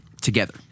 together